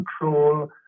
control